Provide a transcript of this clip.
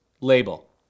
label